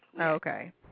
Okay